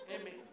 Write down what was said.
Amen